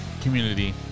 Community